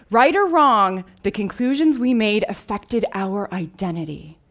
right or wrong, the conclusions we made affected our identity.